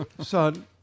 Son